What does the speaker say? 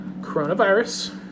Coronavirus